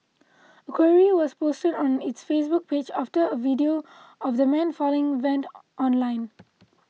a query was posted on its Facebook page after a video of the man falling went online